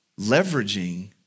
leveraging